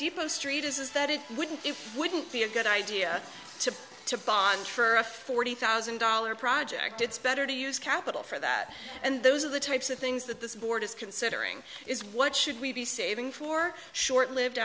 depot street is that it wouldn't it wouldn't be a good idea to to bond for a forty thousand dollars project it's better to use capital for that and those are the types of things that this board is considering is what should we be saving for short lived